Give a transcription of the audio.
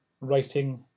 writing